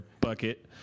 bucket